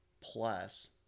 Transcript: plus